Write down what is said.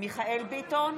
מיכאל מרדכי ביטון,